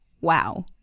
Wow